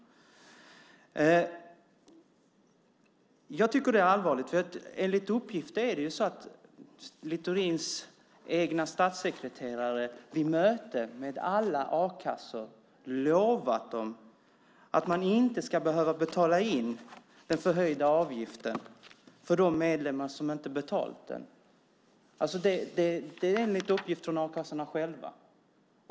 Jag tycker att det är allvarligt, för enligt uppgift är det ju så att Littorins egna statssekreterare vid möte med alla a-kassor har lovat dessa att man inte ska behöva betala in den förhöjda avgiften för de medlemmar som inte har betalat den. Det är enligt uppgift från a-kassorna själva.